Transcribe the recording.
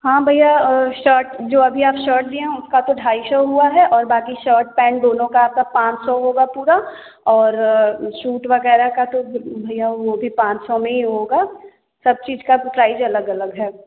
हाँ भैया शर्ट जो अभी आप शर्ट दिए हैं उसका तो ढाई सौ हुआ है और बाकी शर्ट पैंट दोनों का आपका पाँच सौ होगा पूरा और शूट वगैरह का तो भैया वो भी पाँच सौ में ही होगा सब चीज़ का प्राइज़ अलग अलग है